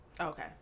Okay